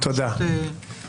תחתרי לסיום בבקשה.